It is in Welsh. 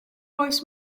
oes